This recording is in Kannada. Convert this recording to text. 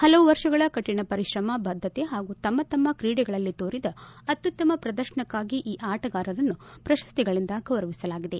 ಹಲವು ವರ್ಷಗಳ ಕಠಿಣ ಪರಿಶ್ರಮ ಬದ್ದತೆ ಹಾಗೂ ತಮ್ಮ ತಮ್ಮ ಕ್ರೀಡೆಗಳಲ್ಲಿ ತೋರಿದ ಅತ್ಯುತ್ತಮ ಪ್ರದರ್ತನಕ್ಕಾಗಿ ಈ ಆಟಗಾರರನ್ನು ಪ್ರಶಸ್ತಿಗಳಿಂದ ಗೌರವಿಸಲಾಗಿದೆ